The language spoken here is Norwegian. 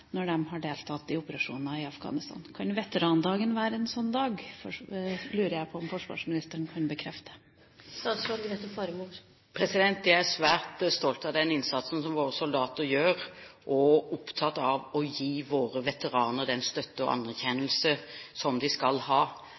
når de har deltatt i operasjoner i Afghanistan? Kan veterandagen være en sånn dag? Det lurer jeg på om forsvarsministeren kan bekrefte. Jeg er svært stolt av den innsatsen som våre soldater gjør, og er opptatt av å gi våre veteraner den støtte og anerkjennelse som de skal ha.